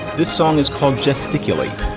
this song is called gesticulate.